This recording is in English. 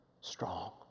strong